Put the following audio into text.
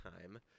time